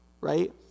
right